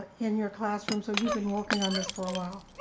ah in your classrooms so you've been working on this for awhile.